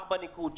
ארבע נקודות,